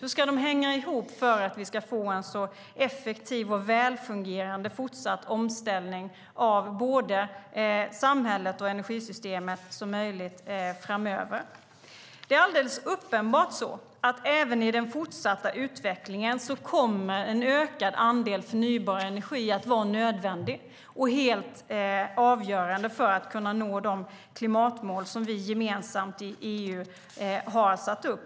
Hur ska de hänga ihop för att vi ska få en så effektiv och väl fungerande fortsatt omställning som möjligt av både samhället och energisystemet framöver? Även i den fortsatta utvecklingen kommer en ökad andel förnybar energi alldeles uppenbart att vara nödvändig och helt avgörande för att vi ska kunna nå de klimatmål som vi gemensamt i EU har satt upp.